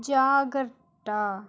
Jharkhand